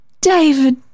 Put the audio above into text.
David